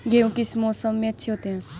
गेहूँ किस मौसम में अच्छे होते हैं?